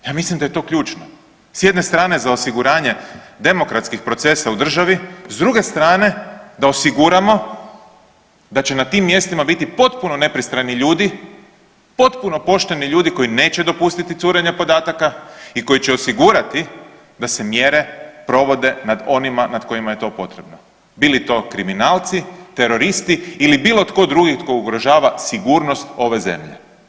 Ja mislim daje ključno, s jedne strane za osiguranje demokratskih procesa u državi, s druge strane da osiguramo da će na tim mjestima biti potpuno nepristrani ljudi, potpuno pošteni ljudi koji neće dopustiti curenje podataka i koji će osigurati da se mjere provode nad onima nad kojima je to potrebno, bili to kriminalci, teroristi ili bilo tko drugi tko ugrožava sigurnost ove zemlje.